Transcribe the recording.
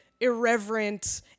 irreverent